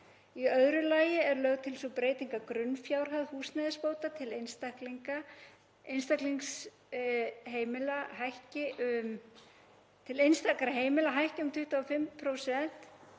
Í öðru lagi er lögð til sú breyting að grunnfjárhæð húsnæðisbóta til einstaklingsheimila hækki um 25%